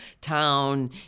town